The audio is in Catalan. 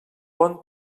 bon